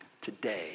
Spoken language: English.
Today